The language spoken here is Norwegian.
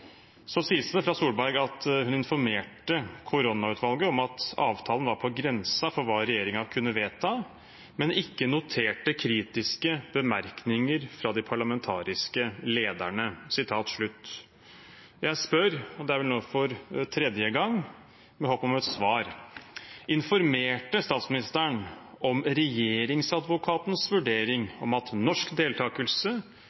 Så sies det fra Solberg at hun informerte koronautvalget om at avtalen var på grensen for hva regjeringen kunne vedta, men ikke «noterte kritiske bemerkninger fra de parlamentariske lederne». Jeg spør, og det er vel nå for tredje gang, med håp om et svar: Informerte statsministeren om Regjeringsadvokatens